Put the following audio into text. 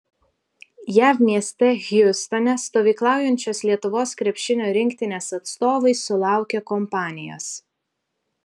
jav mieste hjustone stovyklaujančios lietuvos krepšinio rinktinės atstovai sulaukė kompanijos